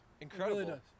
incredible